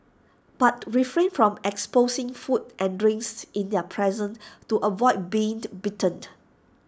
but refrain from exposing food and drinks in their presence to avoid being bitten